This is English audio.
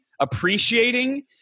appreciating